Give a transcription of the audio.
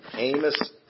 Amos